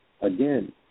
Again